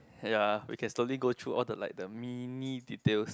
ya we can slowly go through all the like mini details